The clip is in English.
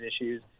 issues